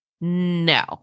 No